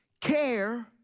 care